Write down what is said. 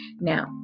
Now